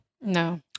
No